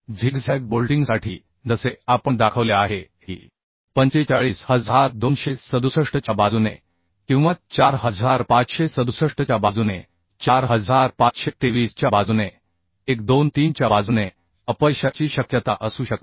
zigzag बोल्टिंगसाठी जसे आपण दाखवले आहे की 45267 च्या बाजूने किंवा 4567 च्या बाजूने 4523 च्या बाजूने 1 2 3 च्या बाजूने अपयशाची शक्यता असू शकते